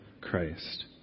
christ